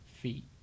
feet